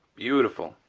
beautiful.